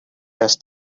does